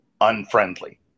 unfriendly